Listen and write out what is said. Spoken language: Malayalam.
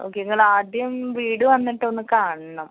ഓക്കെ ഇങ്ങളാദ്യം വീട് വന്നിട്ടൊന്ന് കാണണം